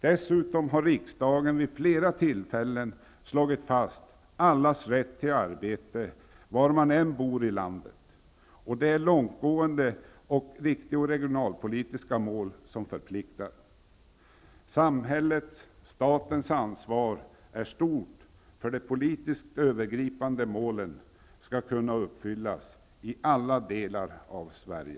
Dessutom har riksdagen vid flera tillfällen slagit fast allas rätt till arbete var man än bor i landet. Det är långtgående och riktiga regionalpolitiska mål som förpliktar. Samhällets -- statens -- ansvar är stort för att detta politiskt övergripande mål skall kunna uppfyllas i alla delar av Sverige.